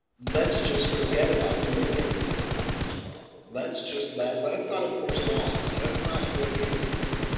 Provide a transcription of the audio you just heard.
let's just forget about doing anything about this problem let's just let's let's not enforce laws let's not do any of these things.